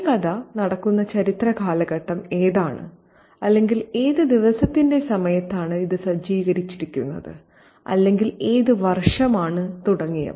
ഈ കഥ നടക്കുന്ന ചരിത്ര കാലഘട്ടം ഏതാണ് അല്ലെങ്കിൽ ഏത് ദിവസത്തിന്റെ സമയത്താണ് ഇത് സജ്ജീകരിച്ചിരിക്കുന്നത് അല്ലെങ്കിൽ ഏതു വർഷമാണ് തുടങ്ങിയവ